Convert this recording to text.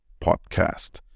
podcast